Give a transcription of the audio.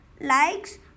likes